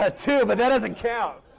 ah two but that doesn't count.